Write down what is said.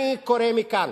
אני קורא מכאן,